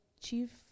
chief